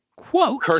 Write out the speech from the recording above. quote